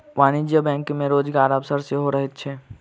वाणिज्यिक बैंक मे रोजगारक अवसर सेहो रहैत छै